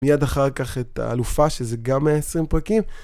מיד אחר כך את אלופה, שזה גם 20 פרקים.